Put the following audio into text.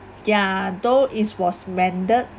ya though it's was mended